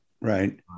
Right